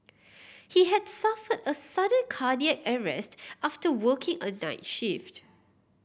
he had suffered a sudden cardiac arrest after working a night shift